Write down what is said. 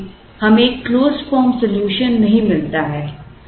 इसलिए हमें एक क्लोजड फॉर्म सॉल्यूशन नहीं मिलता है